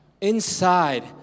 inside